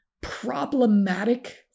problematic